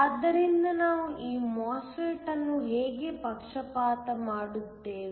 ಆದ್ದರಿಂದ ನಾವು ಈ MOSFET ಅನ್ನು ಹೇಗೆ ಪಕ್ಷಪಾತ ಮಾಡುತ್ತೇವೆ